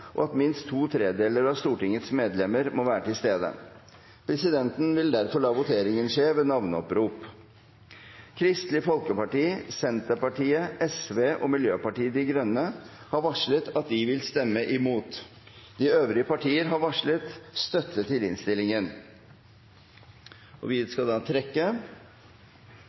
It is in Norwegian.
og at minst to tredjedeler av Stortingets medlemmer må være til stede. Presidenten vil derfor la voteringen skje ved navneopprop. Kristelig Folkeparti, Senterpartiet, Sosialistisk Venstreparti og Miljøpartiet De Grønne har varslet at de vil stemme imot. De øvrige partier har varslet støtte til innstillingen. Vi voterer ved navneopprop, og